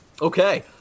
Okay